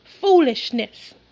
foolishness